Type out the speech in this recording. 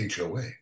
HOA